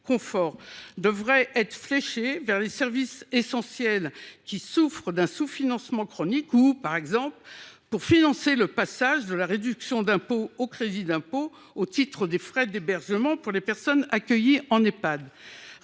notamment être fléchées pour couvrir les services essentiels, qui souffrent d’un sous financement chronique, ou pour financer le passage de la réduction d’impôt au crédit d’impôt au titre des frais d’hébergement pour les personnes accueillies en Ehpad.